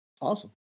Awesome